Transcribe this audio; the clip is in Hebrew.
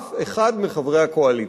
אף אחד מחברי הקואליציה,